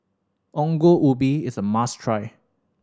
Ongol Ubi is a must try